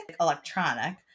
electronic